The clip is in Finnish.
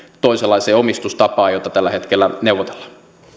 toisenlaiseen omistustapaan josta tällä hetkellä neuvotellaan